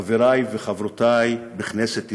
חברי וחברותי בכנסת ישראל,